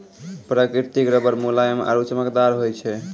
प्रकृतिक रबर मुलायम आरु चमकदार होय छै